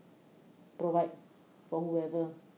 provide for whoever